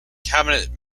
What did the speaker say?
cabinet